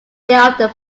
thereafter